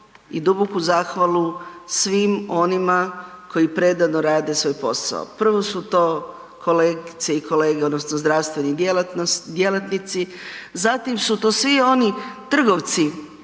i duboku zahvalu svim onima koji predano rade svoj posao. Prvo su to kolegice i kolege odnosno zdravstveni djelatnici. Zatim su tu svi oni trgovci